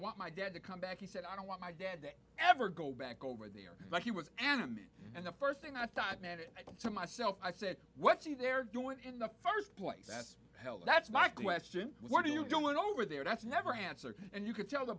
want my dad to come back he said i don't want my dad to ever go back over there but he was enemy and the first thing i thought made it to myself i said what's the they're doing in the first place that's hell that's my question what are you doing over there that's never answer and you can tell the